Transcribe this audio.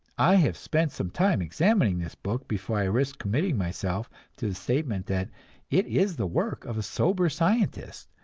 i have spent some time examining this book before i risk committing myself to the statement that it is the work of a sober scientist,